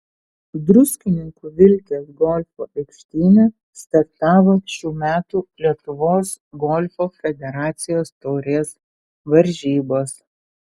druskininkų vilkės golfo aikštyne startavo šių metų lietuvos golfo federacijos taurės varžybos